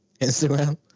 Instagram